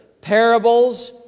parables